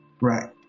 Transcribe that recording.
Right